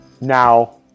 now